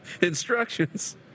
Instructions